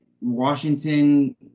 Washington